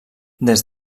des